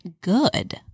good